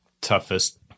toughest